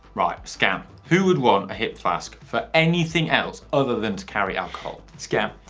right, scam. who would want a hip flask for anything else other than to carry alcohol? scam.